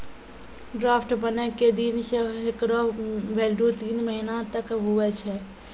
draft बनै के दिन से हेकरो भेल्यू तीन महीना तक हुवै छै